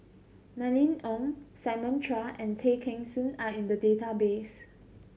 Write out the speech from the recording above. Mylene Ong Simon Chua and Tay Kheng Soon are in the database